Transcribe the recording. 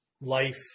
life